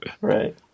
Right